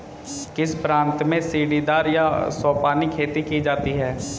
किस प्रांत में सीढ़ीदार या सोपानी खेती की जाती है?